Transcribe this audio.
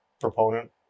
proponent